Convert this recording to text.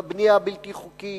בבנייה הבלתי-חוקית,